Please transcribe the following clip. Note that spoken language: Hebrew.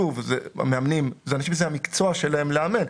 מאמנים - זה המקצוע שלהם לאמן.